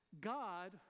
God